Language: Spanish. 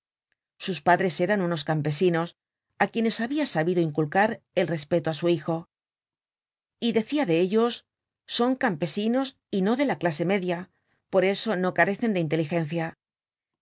sus padres eran unos campesinos á quienes habia sabido inculcar el respeto á su hijo content from google book search generated at y decia de ellos son campesinos y no de la clase media por eso no carecen de inteligencia